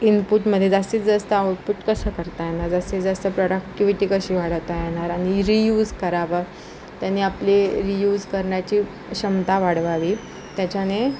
इनपूटमधे जास्तीत जास्त आउटपूट कसं करता येणार जास्तीत जास्त प्रोडाक्टिव्हिटी कशी वाढवता येणार आणि रियूज करावं त्याने आपले रियूज करण्याची क्षमता वाढवावी त्याच्याने